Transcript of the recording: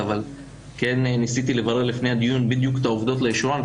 אבל כן ניסיתי לברר לפני הדיון בדיוק את העובדות לאשורן.